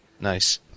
nice